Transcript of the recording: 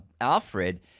Alfred